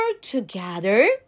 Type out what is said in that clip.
together